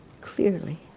clearly